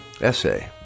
essay